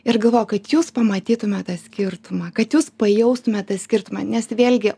ir galvoju kad jūs pamatytumėt tą skirtumą kad jūs pajaustumėt tą skirtumą nes vėlgi